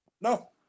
No